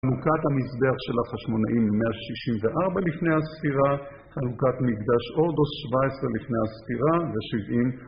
חלוקת המסדר של החשמונאים ב-164 לפני הספירה, חלוקת מקדש הורדוס 17 לפני הספירה ו-70